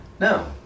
No